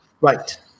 Right